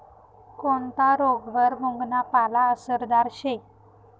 कोनता रोगवर मुंगना पाला आसरदार शे